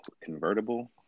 convertible